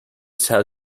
sell